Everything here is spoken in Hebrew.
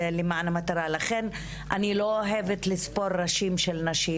לכן אני לא אוהבת לספור ראשים של נשים